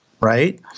right